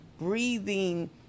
breathing